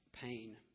Pain